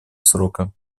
срока